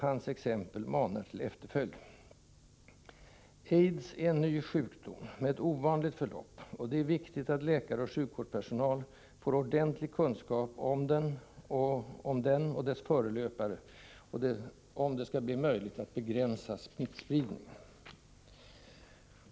Hans exempel manar till efterföljd. AIDS är en ny sjukdom med ett ovanligt förlopp, och det är viktigt att läkare och sjukvårdspersonal får ordentlig kunskap om den och dess förelöpare, om det skall bli möjligt att begränsa smittspridningen.